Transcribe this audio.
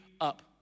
up